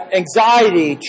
anxiety